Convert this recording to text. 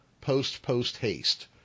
post-post-haste